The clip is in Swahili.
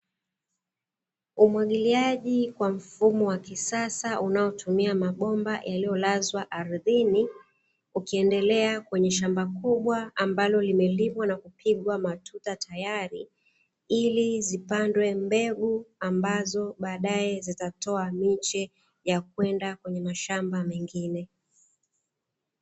Umwagiliaji kwa mfumo wa kisasa unaotumia mabomba yaliyolazwa ardhini, ukiendelea kwenye shamba kubwa ambalo limelimwa na kupigwa matuta tayari, ili zipandwe mbegu ambazo baadae zitatoa miche ya kwenda kwenye mashamba mengine.